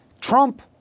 Trump